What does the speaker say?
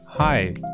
Hi